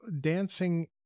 dancing